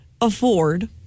afford